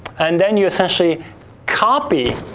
and then, you essentially copy